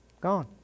Gone